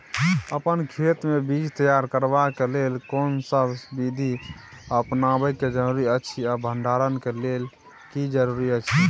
अपन खेत मे बीज तैयार करबाक के लेल कोनसब बीधी अपनाबैक जरूरी अछि आ भंडारण के लेल की जरूरी अछि?